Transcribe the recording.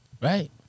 Right